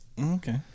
Okay